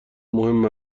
مهم